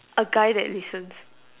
a guy that listens